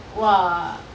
!wah!